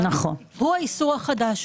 הוא האיסור החדש.